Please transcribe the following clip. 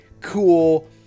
cool